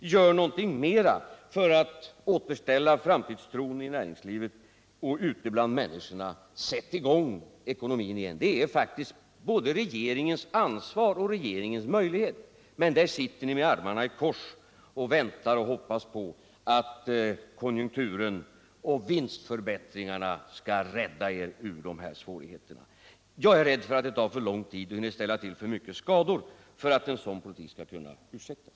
Gör någonting för att återställa framtidstron i näringslivet och ute bland människorna! Sätt i gång ekonomin igen! Det är faktiskt både regeringens ansvar och regeringens möjlighet, men där sitter ni med armarna i kors och väntar och hoppas på att konjunkturen och vinstförbättringarna skall rädda er ur svårigheterna. Jag är rädd för att det tar för lång tid och hinner ställa till för mycket skador för att en sådan politik skall kunna fortsättas.